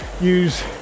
use